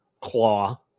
claw